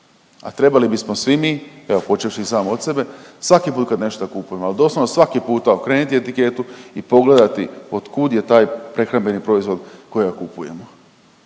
a trebali bismo svi mi evo počevši sam od sebe svaki put kad nešto kupujemo al doslovno svaki puta okrenuti etiketu i pogledati od kud je taj prehrambeni proizvod kojega kupujemo